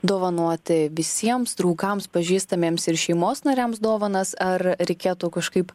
dovanoti visiems draugams pažįstamiems ir šeimos nariams dovanas ar reikėtų kažkaip